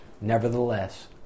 Nevertheless